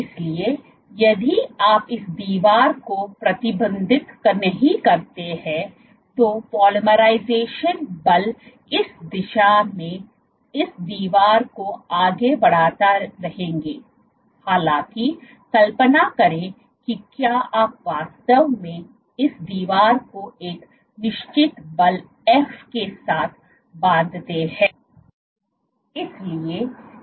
इसलिए यदि आप इस दीवार को प्रतिबंधित नहीं करते हैं तो पोलीमराइजेशन बल इस दिशा में इस दीवार को आगे बढ़ाते रहेंगे हालाँकि कल्पना करें कि क्या आप वास्तव में इस दीवार को एक निश्चित बल f के साथ बांधते हैं